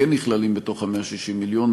וכן נכללים בתוך ה-160 מיליון,